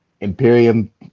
Imperium